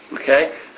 Okay